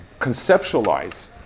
conceptualized